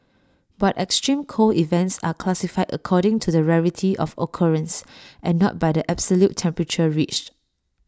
but extreme cold events are classified according to the rarity of occurrence and not by the absolute temperature reached